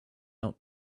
out